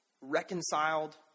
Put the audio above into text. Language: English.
Reconciled